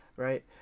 Right